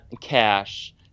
cash